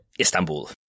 Istanbul